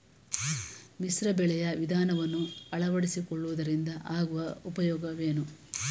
ಮಿಶ್ರ ಬೆಳೆಯ ವಿಧಾನವನ್ನು ಆಳವಡಿಸಿಕೊಳ್ಳುವುದರಿಂದ ಆಗುವ ಉಪಯೋಗವೇನು?